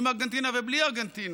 עם ארגנטינה ובלי ארגנטינה.